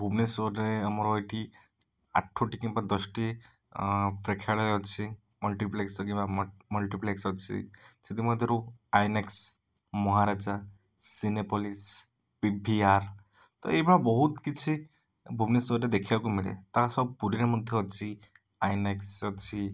ଭୁବନେଶ୍ୱରରେ ଆମର ଏଠି ଆଠଟି କିମ୍ବା ଦଶଟି ଅଁ ପ୍ରେକ୍ଷାଳୟ ଅଛି ମଲ୍ଟିପ୍ଲେକ୍ସ୍ କିମ୍ବା ମଲ୍ଟିପ୍ଲେକ୍ସ୍ ଅଛି ସେଥିମଧ୍ୟରୁ ଆଇନକ୍ସ ମହାରାଜା ସିନେପଲିସ୍ ପି ଭି ଆର୍ ତ ଏହିଭଳିଆ ବହୁତ କିଛି ଏ ଭୁବନେଶ୍ୱରରେ ଦେଖିବାକୁ ମିଳେ ତାହା ସହ ପୁରୀରେ ମଧ୍ୟ ଅଛି ଆଇନକ୍ସ ଅଛି